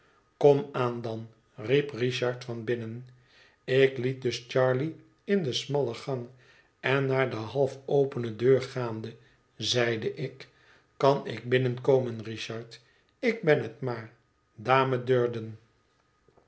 kom aan dan riep richard van binnen ik liet dus charley in den smallen gang en naar de half opene deur gaande zeide ik kan ik binnenkomen richard ik ben het maar dame durden